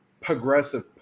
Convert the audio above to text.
progressive